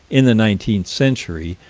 in the nineteenth century,